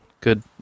good